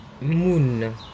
Moon